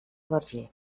verger